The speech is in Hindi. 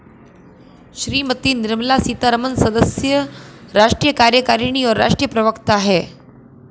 श्रीमती निर्मला सीतारमण सदस्य, राष्ट्रीय कार्यकारिणी और राष्ट्रीय प्रवक्ता हैं